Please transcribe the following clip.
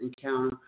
encounter